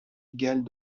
égalent